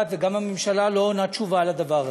וגם הממשלה לא עונה תשובה על הדבר הזה.